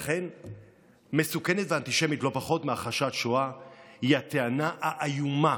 לכן מסוכנת ואנטישמית לא פחות מהכחשת שואה היא הטענה האיומה